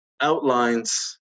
outlines